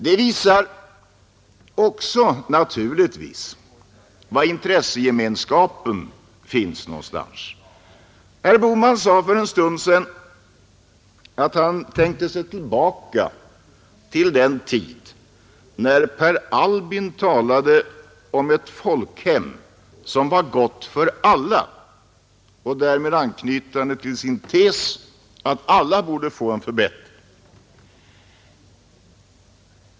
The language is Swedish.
Det visar också var intressegemenskapen finns: herr Bohman sade för en stund sedan att han tänkte sig tillbaka till den tid när Per Albin talade om ett folkhem som var gott för alla, därmed anknytande till sin tes att alla borde få en förbättring.